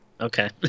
Okay